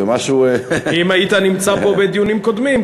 אם היית נמצא פה בדיונים קודמים,